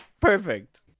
perfect